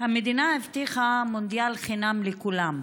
המדינה הבטיחה מונדיאל חינם לכולם,